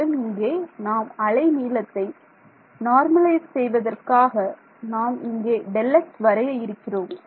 மேலும் இங்கே நாம் அலை நீளத்தை நார்மலைஸ் செய்வதற்காக நாம் இங்கே Δx வரைய இருக்கிறோம்